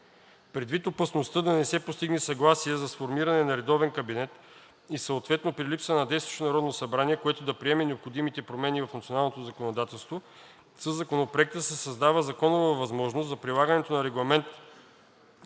Предвид опасността да не се постигне съгласие за сформиране на редовен кабинет и съответно при липса на действащо Народно събрание, което да приеме необходимите промени в националното законодателство, със Законопроекта се създава законова възможност за прилагането на Регламент